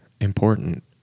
important